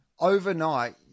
overnight